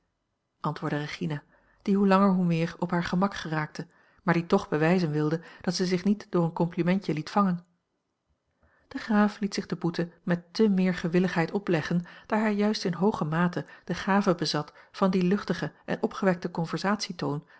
regina die hoe langer hoe meer op haar gemak geraakte maar die toch bewijzen wilde dat zij zich niet door een complimentje liet vangen de graaf liet zich de boete met te meer gewilligheid opleggen daar hij juist in hooge mate de gave bezat van dien luchtigen en opgewekten